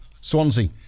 Swansea